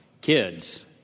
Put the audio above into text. Kids